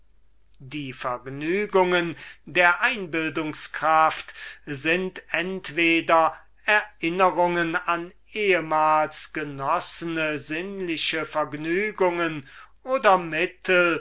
die vergnügen der einbildungskraft sind entweder erinnerungen an ehmals genossene sinnliche vergnügen oder mittel